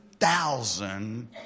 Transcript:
thousand